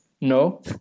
No